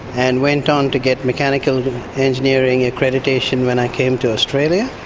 and went on to get mechanical engineering accreditation when i came to australia.